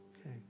Okay